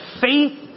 faith